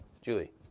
Julie